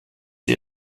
die